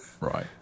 Right